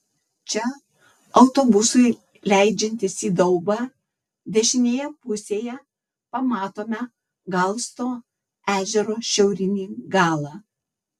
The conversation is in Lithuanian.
čia autobusui leidžiantis į daubą dešinėje pusėje pamatome galsto ežero šiaurinį galą